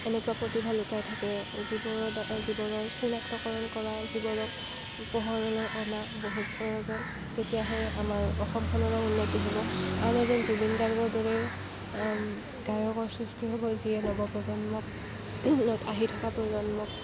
এনেকুৱা প্ৰতিভা লুকাই থাকে যিবোৰৰ দ্ৱাৰা যিবোৰৰ চিনাক্তকৰণ কৰাৰ যিবোৰক পোহৰলৈ অনাৰ বহুত প্ৰয়োজন তেতিয়াহে আমাৰ অসমখনৰ উন্নতি হ'ব আন এজন জুবিন গাৰ্গৰ দৰে গায়কৰ সৃষ্টি হ'ব যিয়ে নৱপ্ৰজন্মক আহি থকা প্ৰজন্মক